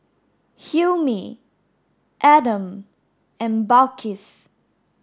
Hilmi Adam and Balqis